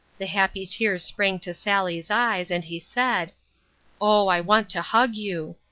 the happy tears sprang to sally's eyes, and he said oh, i want to hug you!